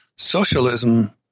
Socialism